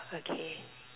okay